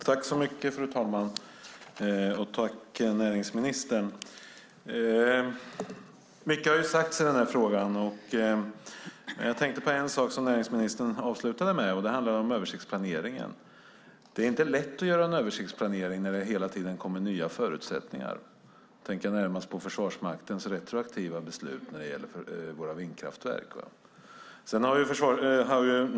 Fru talman! Jag tackar näringsministern. Mycket har sagts i denna fråga. Jag tänkte ta upp en av de saker som näringsministern avslutade med, nämligen översiktsplaneringen. Det är inte lätt att göra en översiktsplanering när det hela tiden kommer nya förutsättningar. Jag tänker närmast på Försvarsmaktens retroaktiva beslut när det gäller våra vindkraftverk.